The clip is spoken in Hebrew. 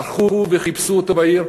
הלכו וחיפשו אותו בעיר,